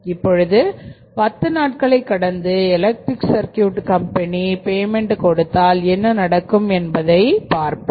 இப்பொழுது பத்து நாட்களை கடந்து எலெக்ட்ரிக் சர்கியூட் கம்பெனி பேமன்ட்கொடுத்தால் என்ன நடக்கும் என்பதை பார்ப்போம்